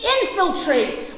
infiltrate